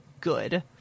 good